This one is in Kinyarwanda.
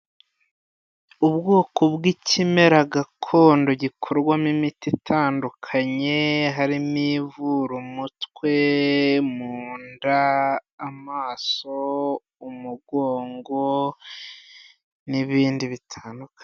Ubwoko bw'ikimera gakondo gikorwamo imiti itandukanye, harimo ivura umutwe, mu nda, amaso, umugongo, n'ibindi bitandukanye.